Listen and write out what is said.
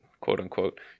quote-unquote